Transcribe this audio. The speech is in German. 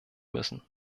müssen